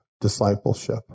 discipleship